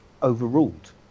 overruled